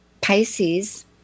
Pisces